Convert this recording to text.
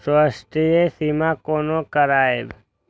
स्वास्थ्य सीमा कोना करायब?